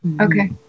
Okay